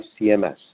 CMS